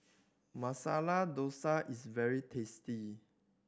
Masala Dosa is very tasty